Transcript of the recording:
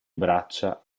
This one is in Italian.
braccia